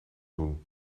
doen